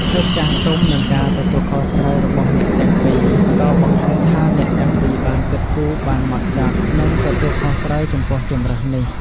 ភាពចាស់ទុំ និងការទទួលខុសត្រូវរបស់អ្នកទាំងពីរ ក៏បង្ហាញថាអ្នកទាំងពីរបានគិតគូរបានហ្មត់ចត់ និងទទួលខុសត្រូវចំពោះជម្រើសនេះ។